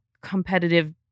competitive